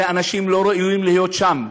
אלה אנשים שלא ראויים להיות שם,